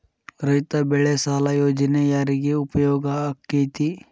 ರೈತ ಬೆಳೆ ಸಾಲ ಯೋಜನೆ ಯಾರಿಗೆ ಉಪಯೋಗ ಆಕ್ಕೆತಿ?